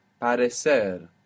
parecer